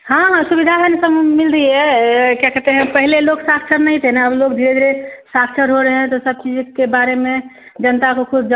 हाँ हाँ सुविधा है ना सब मिल रही है क्या कहते हैं पहले लोग साक्षर नहीं थे ना अब लोग धीरे धीरे साक्षर हो रहे हैं तो सब चीज के बारे में जनता को खुद